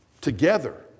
together